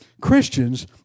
Christians